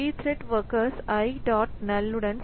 pthread workers i dot NULL